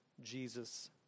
Jesus